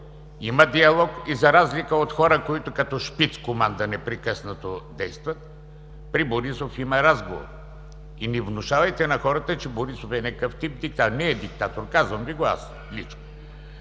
има диалог и за разлика от хора, които като шпицкоманда непрекъснато действат, при Борисов има разговор. Не внушавайте на хората, че Борисов е някакъв тип диктатор. Не е диктатор – казвам Ви го аз лично.